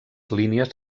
línies